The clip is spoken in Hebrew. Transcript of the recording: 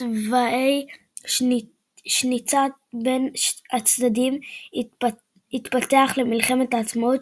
צבאי שניצת בין הצדדים התפתח למלחמת העצמאות,